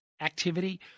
activity